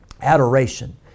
adoration